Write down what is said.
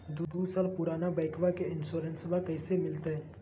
दू साल पुराना बाइकबा के इंसोरेंसबा कैसे मिलते?